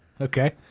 Okay